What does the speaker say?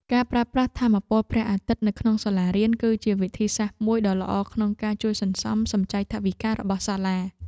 ការប្រើប្រាស់ថាមពលព្រះអាទិត្យនៅក្នុងសាលារៀន គឺជាវិធីសាស្ត្រមួយដ៏ល្អក្នុងការជួយសន្សំសំចៃថវិការបស់សាលា។